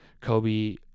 Kobe